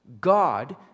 God